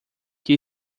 que